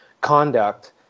conduct